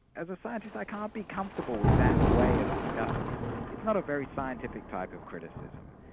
as a scientist i can't be comfortable with that way of discussing it it's not a very scientific type of criticism.